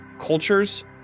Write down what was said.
Cultures